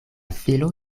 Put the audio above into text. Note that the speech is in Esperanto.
filo